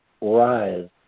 rise